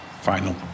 final